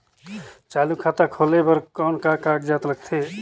चालू खाता खोले बर कौन का कागजात लगथे?